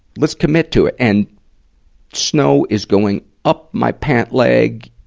let's commit to it. and snow is going up my pant leg,